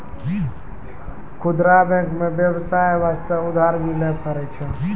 खुदरा बैंक मे बेबसाय बास्ते उधर भी लै पारै छै